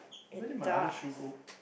where did my other shoe go